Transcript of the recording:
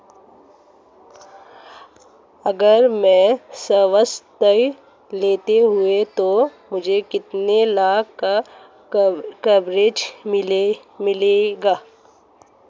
अगर मैं स्वास्थ्य बीमा लेता हूं तो मुझे कितने लाख का कवरेज मिलेगा?